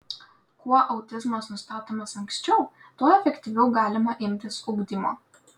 kuo autizmas nustatomas anksčiau tuo efektyviau galima imtis ugdymo